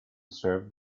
served